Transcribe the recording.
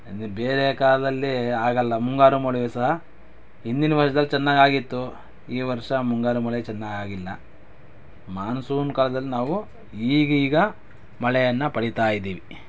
ಅಂದರೆ ಬೇರೆ ಕಾಲದಲ್ಲಿ ಆಗೋಲ್ಲ ಮುಂಗಾರು ಮಳೆ ಸಹ ಹಿಂದಿನ ವರ್ಷದಲ್ಲಿ ಚೆನ್ನಾಗಾಗಿತ್ತು ಈ ವರ್ಷ ಮುಂಗಾರು ಮಳೆ ಚೆನ್ನಾಗಾಗಿಲ್ಲ ಮಾನ್ಸೂನ್ ಕಾಲದಲ್ಲಿ ನಾವು ಈಗೀಗ ಮಳೆಯನ್ನು ಪಡಿತಾಯಿದ್ದೀವಿ